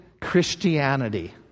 Christianity